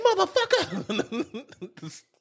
motherfucker